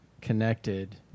connected